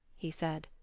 he said.